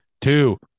two